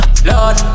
Lord